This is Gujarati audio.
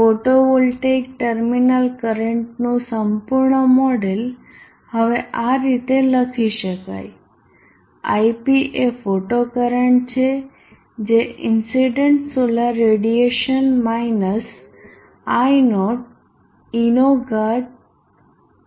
ફોટોવોલ્ટેઇક ટર્મિનલ કરંટનું સંપૂર્ણ મોડેલ હવે આ રીતે લખી શકાય ip એ ફોટો કરન્ટ છે જે incident solar radiation minus I naught eનો ઘાત